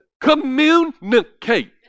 Communicate